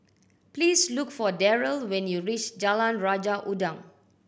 please look for Derrell when you reach Jalan Raja Udang